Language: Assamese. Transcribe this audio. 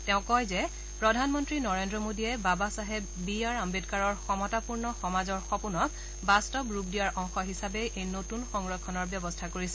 তেওঁ কয় যে প্ৰধানমন্ত্ৰী নৰেন্দ্ৰ মোডীয়ে বাবা চাহেব বি আৰ আম্বেদকাৰৰ সমতাপূৰ্ণ সমাজৰ সপোনক বাস্তৱ ৰূপ দিয়াৰ অংশ হিচাপেই এই নতূন সংৰক্ষণৰ ব্যৱস্থা কৰিছে